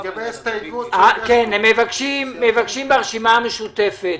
מבקשים ברשימה המשותפת.